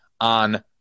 on